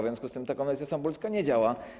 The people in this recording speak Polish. W związku z tym ta konwencja stambulska nie działa.